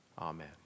Amen